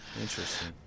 Interesting